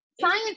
science